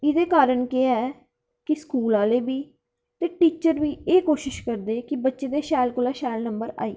एह्दे कारण केह् ऐ की स्कूल आह्ले बी टीचर बी एह् कोशिश करदे की बच्चे दे शैल कोला शैल नंबर आई जाहन